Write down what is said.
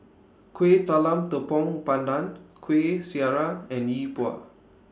Kuih Talam Tepong Pandan Kueh Syara and Yi Bua